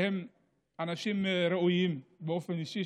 שהם אנשים ראויים באופן אישי,